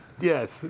Yes